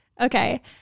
Okay